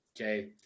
Okay